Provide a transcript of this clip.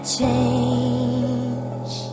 change